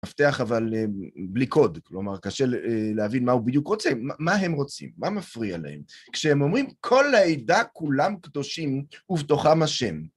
מפתח, אבל בלי קוד, כלומר, קשה להבין מה הוא בדיוק רוצה, מה הם רוצים, מה מפריע להם? כשהם אומרים כל העדה כולם קדושים ובתוכם ה'